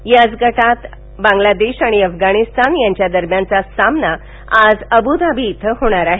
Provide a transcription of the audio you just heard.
तर याच गटातील बांगलादेश आणि अफगाणिस्तान यांच्यादरम्यानचा सामना आज अबुधाबी इथं होणार आहे